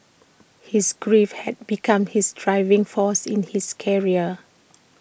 his grief had become his driving force in his career